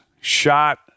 shot